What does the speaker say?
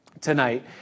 tonight